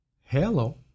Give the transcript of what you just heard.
Hello